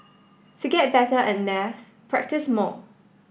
to get better at maths practise more